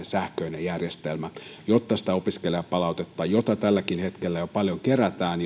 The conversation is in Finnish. sähköinen järjestelmä jotta sen opiskelijapalautteen jota tälläkin hetkellä jo paljon kerätään